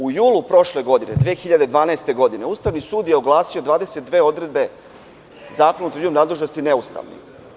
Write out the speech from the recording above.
U julu prošle godine 2012. godine, Ustavni sud je oglasio 22 odredbe Zakona o utvrđivanju nadležnosti neustavnim.